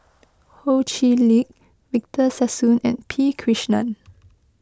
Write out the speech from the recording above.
Ho Chee Lick Victor Sassoon and P Krishnan